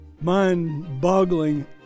mind-boggling